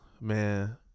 man